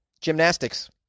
gymnastics